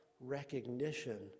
recognition